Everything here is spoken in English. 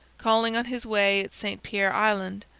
calling on his way at st pierre island,